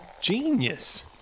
genius